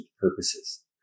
purposes